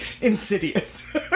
Insidious